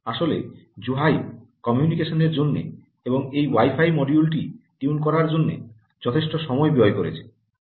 আসলে জুহাইব কমিউনিকেশনের জন্য এবং এই ওয়াই ফাই মডিউলটি টিউন করার জন্য যথেষ্ট সময় ব্যয় করেছে